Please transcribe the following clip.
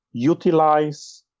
Utilize